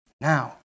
Now